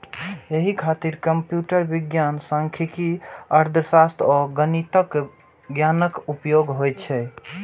एहि खातिर कंप्यूटर विज्ञान, सांख्यिकी, अर्थशास्त्र आ गणितक ज्ञानक उपयोग होइ छै